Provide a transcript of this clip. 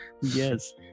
yes